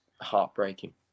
heartbreaking